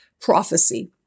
prophecy